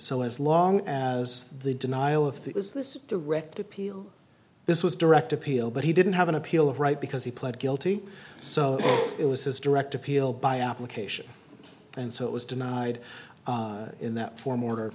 so as long as the denial of that was this direct appeal this was direct appeal but he didn't have an appeal of right because he pled guilty so it was his direct appeal by application and so it was denied in that form or